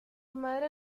madre